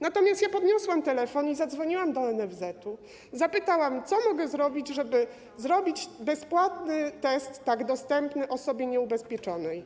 Natomiast ja podniosłam telefon i zadzwoniłam do NFZ-u, zapytałam co mogę zrobić, żeby zrobić bezpłatny test tak dostępny osobie nieubezpieczonej.